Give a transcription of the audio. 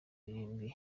irindwi